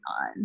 on